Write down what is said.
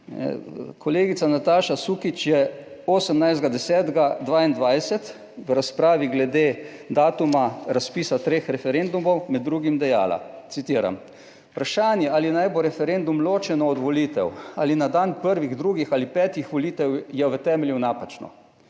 Kolegica Nataša Sukič je 18. 10. 2022 v razpravi glede datuma razpisa treh referendumov med drugim dejala, citiram: "Vprašanje, ali naj bo referendum ločeno od volitev ali na dan prvih, drugih ali petih volitev, je v temelju napačno.